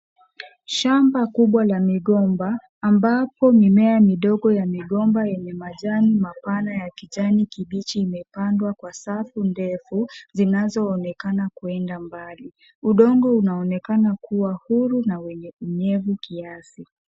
Shamba kubwa la migomba ambapo mimea midogo ya migomba yenye majani mapana ya kijani kibichi imepandwa kwa safu ndefu, zinazoonekana kwenda mbali. Udongo unaonekana kuwa huru na wenye unyevu kiasi.